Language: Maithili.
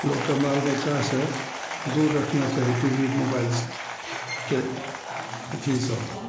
लोकके बाल बच्चा से दूर रखना चाही टी वी मोबाइल से के अथी सऽ